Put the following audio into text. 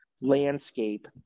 landscape